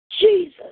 Jesus